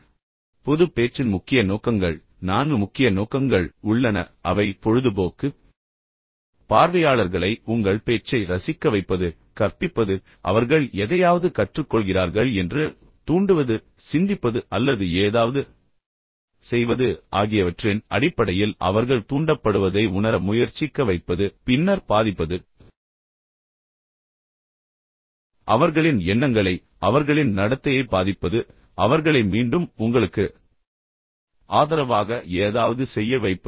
இப்போது பொதுப் பேச்சின் முக்கிய நோக்கங்கள் நான்கு முக்கிய நோக்கங்கள் உள்ளன அவை பொழுதுபோக்கு பார்வையாளர்களை உங்கள் பேச்சை ரசிக்க வைப்பது கற்பிப்பது அவர்கள் எதையாவது கற்றுக்கொள்கிறார்கள் என்று தூண்டுவது சிந்திப்பது அல்லது ஏதாவது செய்வது ஆகியவற்றின் அடிப்படையில் அவர்கள் தூண்டப்படுவதை உணர முயற்சிக்க வைப்பது பின்னர் பாதிப்பது அவர்களின் எண்ணங்களை அவர்களின் நடத்தையை பாதிப்பது பின்னர் அவர்களை மீண்டும் உங்களுக்கு ஆதரவாக ஏதாவது செய்ய வைப்பது